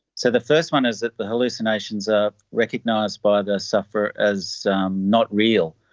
so the first one is that the hallucinations are recognised by the sufferer as not real.